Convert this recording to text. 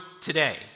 today